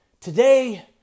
today